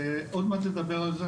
עוד מעט נדבר על זה,